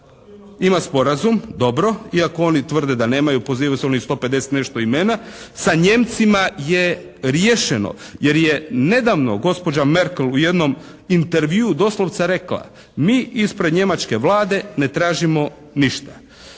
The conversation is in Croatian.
Ima sporazum, dobro. Iako oni tvrde da nemaju. Pozivaju se na onih 150 i nešto imena. Sa Nijemcima je riješeno jer je nedavno gospođa Merckel u jednom intervjuu doslovce rekla: «Mi ispred njemačke Vlade ne tražimo ništa.»